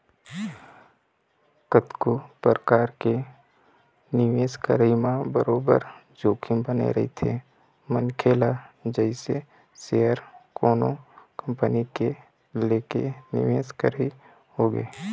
कतको परकार के निवेश करई म बरोबर जोखिम बने रहिथे मनखे ल जइसे सेयर कोनो कंपनी के लेके निवेश करई होगे